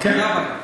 זו הבעיה.